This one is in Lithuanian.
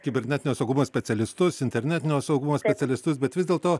kibernetinio saugumo specialistus internetinio saugumo specialistus bet vis dėlto